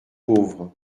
pauvres